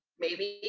maybe,